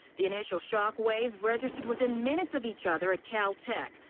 the initial shock waves registered within minutes of each other at cal tech.